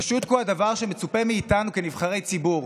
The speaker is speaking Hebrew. פשוט כי הוא הדבר שמצופה מאיתנו כנבחרי ציבור,